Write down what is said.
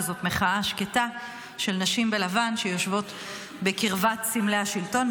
שזו מחאה שקטה של נשים בלבן שיושבות בקרבת סמלי השלטון,